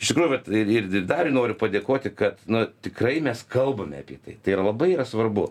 iš tikrųjų vat ir ir dariui noriu padėkoti kad na tikrai mes kalbame apie tai tai yra labai yra svarbu